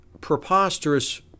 preposterous